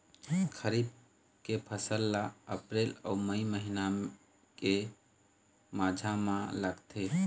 खरीफ के फसल ला अप्रैल अऊ मई महीना के माझा म लगाथे